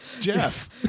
Jeff